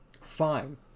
Fine